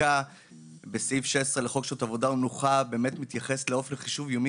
החקיקה בסעיף 16 לחוק שעות עבודה ומנוחה מתייחסת לאופן חישוב יומי,